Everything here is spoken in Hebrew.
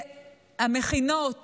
המכינות